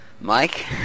Mike